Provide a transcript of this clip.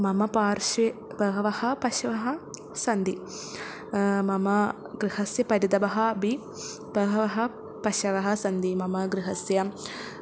मम पार्श्वे बहवः पशवः सन्ति मम गृहस्य परितः अपि बहवः पशवः सन्ति मम गृहस्य